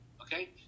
Okay